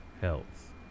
health